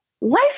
life